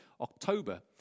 October